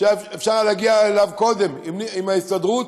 שהיה אפשר להגיע אליו קודם עם ההסתדרות,